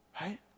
Right